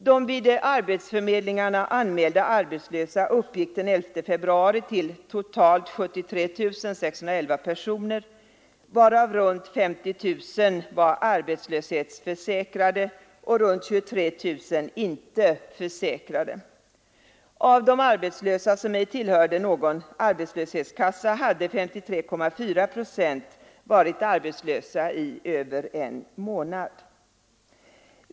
De vid arbetsförmedlingarna anmälda arbetslösa uppgick den 11 februari till totalt 73 611 personer, varav runt 50 000 var arbetslöshetsförsäkrade och runt 23 000 inte försäkrade. Av de arbetslösa som ej tillhörde någon arbetslöshetskassa hade 53,4 procent varit arbetslösa i över en månad.